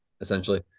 essentially